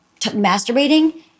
masturbating